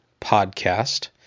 Podcast